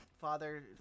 father